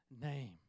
name